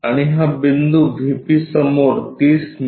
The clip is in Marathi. आणि हा बिंदू व्हीपी समोर 30 मि